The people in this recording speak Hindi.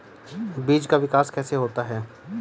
बीज का विकास कैसे होता है?